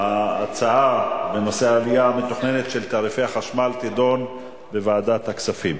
ההצעה בנושא העלייה המתוכננת של תעריפי החשמל תידון בוועדת הכספים.